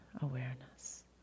awareness